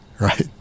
right